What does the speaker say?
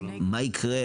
מה יקרה?